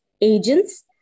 agents